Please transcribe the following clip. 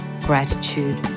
Gratitude